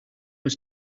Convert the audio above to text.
was